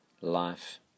life